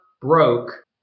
broke